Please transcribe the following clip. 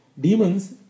Demons